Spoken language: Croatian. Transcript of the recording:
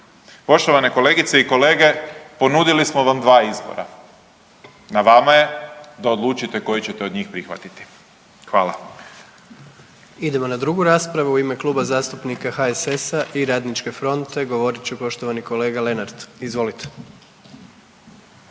Poštovane kolegice i kolege, ponudili smo vam dva izbora, na vama je da odlučite koji ćete od njih prihvatiti. Hvala. **Jandroković, Gordan (HDZ)** Idemo na drugu raspravu, u ime Kluba zastupnika HSS-a i RF govorit će poštovani kolega Lenart. Izvolite.